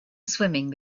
swimming